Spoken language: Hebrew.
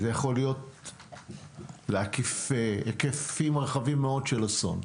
זה יכול להקיף היקפים רחבים מאוד של אסון.